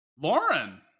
Lauren